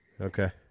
Okay